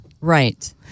Right